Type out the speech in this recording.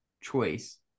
choice